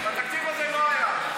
בתקציב הזה לא היה.